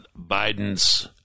biden's